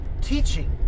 teaching